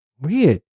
weird